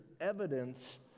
evidence